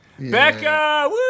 Becca